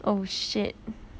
oh shit